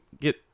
get